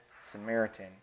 Samaritan